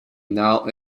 now